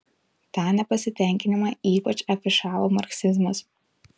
tą nepasitenkinimą ypač afišavo marksizmas